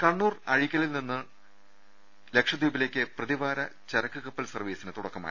കണ്ണൂർ അഴീക്കലിൽ നിന്ന് ലക്ഷദ്വീപിലേക്ക് പ്രതിവാര ചരക്കു കപ്പൽ സർവ്വീസിന് തുടക്കമായി